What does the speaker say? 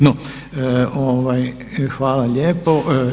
No, hvala lijepa.